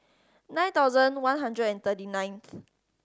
nine thousand one hundred and thirty nineth